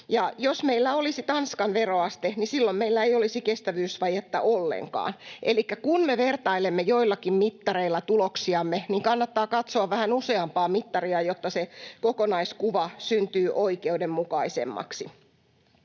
jos meillä olisi Tanskan veroaste, niin silloin meillä ei olisi kestävyysvajetta ollenkaan. Elikkä kun me vertailemme joillakin mittareilla tuloksiamme, niin kannattaa katsoa vähän useampaa mittaria, jotta se kokonaiskuva syntyy oikeudenmukaisemmaksi.